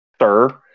sir